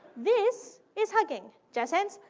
this is hugging. jazz hands,